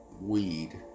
weed